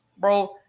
bro